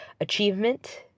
achievement